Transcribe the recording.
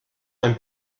ein